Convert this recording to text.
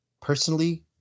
personally